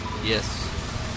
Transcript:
Yes